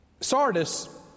Sardis